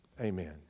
Amen